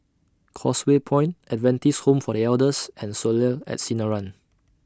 Causeway Point Adventist Home For The Elders and Soleil At Sinaran